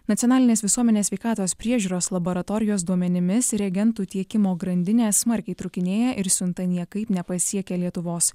nacionalinės visuomenės sveikatos priežiūros laboratorijos duomenimis reagentų tiekimo grandinė smarkiai trūkinėja ir siunta niekaip nepasiekia lietuvos